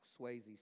Swayze